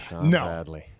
No